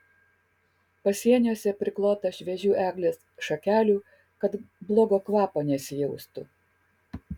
pasieniuose priklota šviežių eglės šakelių kad blogo kvapo nesijaustų